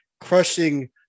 crushing